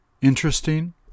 interesting